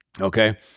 Okay